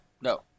No